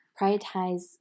prioritize